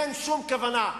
אין שום כוונה.